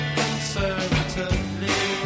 conservatively